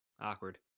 Awkward